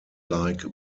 like